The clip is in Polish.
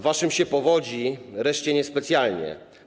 Waszym się powodzi, reszcie - niespecjalnie.